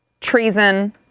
treason